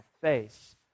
face